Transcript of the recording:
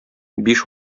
биш